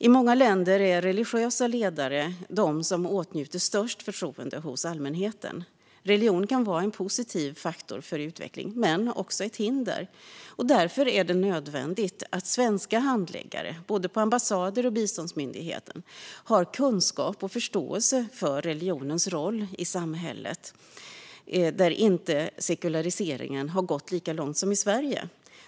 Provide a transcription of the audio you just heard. I många länder är det religiösa ledare som åtnjuter störst förtroende hos allmänheten. Religion kan vara en positiv faktor för utveckling men också ett hinder. Därför är det nödvändigt att svenska handläggare på både ambassader och biståndsmyndigheten har kunskap och förståelse för religionens roll i samhällen där sekulariseringen inte har gått lika långt som i Sverige.